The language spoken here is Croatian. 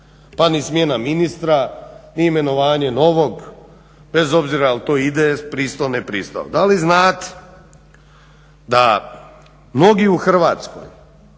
pa ni smjena ministra, ni imenovanje novog bez obzira je li to IDS pristao, ne pristao. Da li znate da mnogi u Hrvatskoj